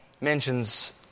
mentions